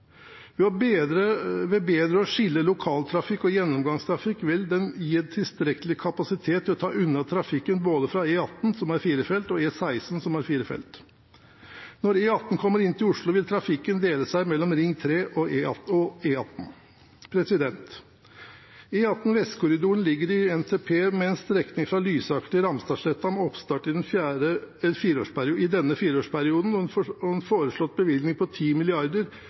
Ved bedre å skille lokaltrafikk og gjennomgangstrafikk vil den gi en tilstrekkelig kapasitet og ta unna trafikken både fra E18, som har fire felt, og E16, som har fire felt. Når E18 kommer inn til Oslo, vil trafikken dele seg mellom Ring 3 og E18. E18 Vestkorridoren ligger inne i NTP med en strekning fra Lysaker til Ramstadsletta med oppstart i denne fireårsperioden og en foreslått bevilgning på